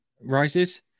Rises